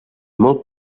molt